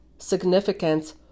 significance